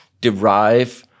derive